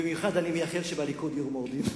במיוחד אני מייחל שבליכוד יהיו מורדים,